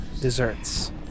desserts